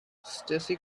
stacey